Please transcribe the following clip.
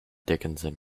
dickinson